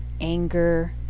anger